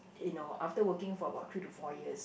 you know after working for about three to four years